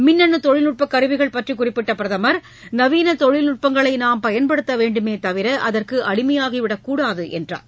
மின்னணு தொழில்நுட்பக் கருவிகள் பற்றி குறிப்பிட்ட பிரதமா் நவீன தொழில்நுட்பங்களை நாம் பயன்படுத்த வேண்டுமே தவிர அதற்கு அடிமையாகிவிடக்கூடாது என்றார்